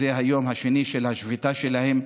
זה היום השני של השביתה שלהם,